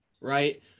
right